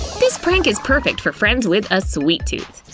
this prank is perfect for friends with a sweet tooth.